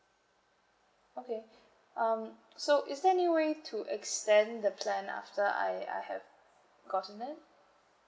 okay um so is there anyway to extend the plan after I I have gotten it